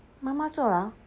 妈妈坐牢